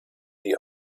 die